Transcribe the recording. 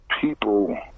people